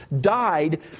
died